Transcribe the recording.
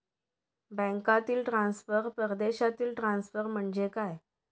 बँकांतील ट्रान्सफर, परदेशातील ट्रान्सफर म्हणजे काय?